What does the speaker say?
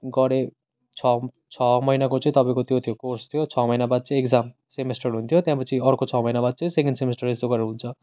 गरेँ छ छ महिनाको चाहिँ तपाईँको त्यो थियो कोर्स थियो छ महिना बाद चाहिँ एक्जाम सेमिस्टर हुन्थ्यो त्यहाँपछि अर्को छ महिना बाद चाहिँ सेकेन्ड सेमिस्टर यस्तो गरेर हुन्छ